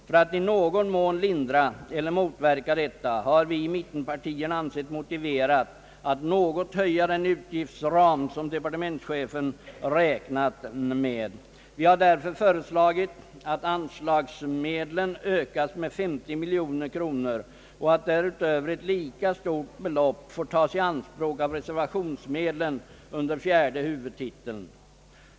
För att i någon mån lindra eller motverka detta har vi i mittenpartierna ansett motiverat att något höja den utgiftsram som departementschefen räknat med. Vi har därför föreslagit att anslagsmedlen ökas med 50 miljoner kronor och att därutöver ett lika stort belopp får tagas i anspråk av reservationsmedlen under fjärde huvudtiteln.